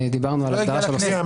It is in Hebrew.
דיברנו על ההגדרה של עוסק.